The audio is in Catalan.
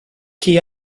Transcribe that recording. qui